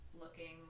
looking